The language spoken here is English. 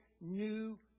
new